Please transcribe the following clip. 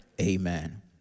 Amen